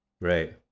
Right